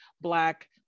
black